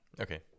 Okay